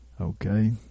Okay